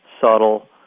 subtle